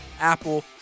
Apple